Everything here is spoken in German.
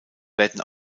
werden